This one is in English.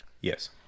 Yes